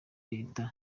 leta